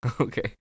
Okay